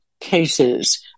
cases